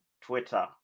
Twitter